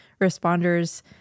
responders